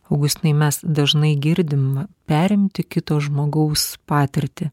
augustinai mes dažnai girdim perimti kito žmogaus patirtį